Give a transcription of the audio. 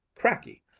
cracky!